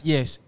Yes